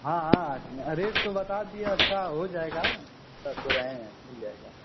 हाँ हाँ रेट तो बता दिए अच्छा हो जाएगा कह तो रहे हैं मिल जाएगा